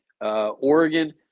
Oregon